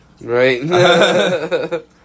Right